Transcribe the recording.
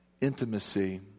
intimacy